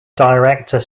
director